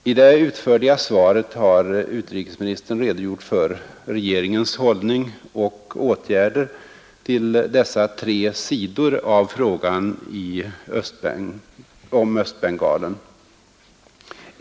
I det utförliga svaret har utrikesministern redogjort för regeringens hållning och åtgärder i fråga om dessa tre sidor av frågan om Östbengalen.